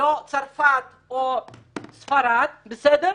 הם לא צרפת או ספרד, בסדר?